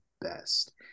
best